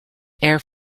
air